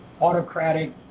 autocratic